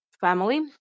family